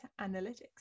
analytics